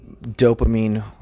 dopamine